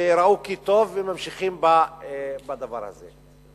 וראו כי טוב, וממשיכים בדבר הזה.